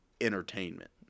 entertainment